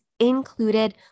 included